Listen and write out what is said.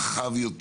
יותר.